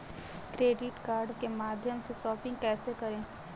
Credit card के माध्यम से शॉपिंग कैसे करें?